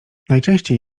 najczęściej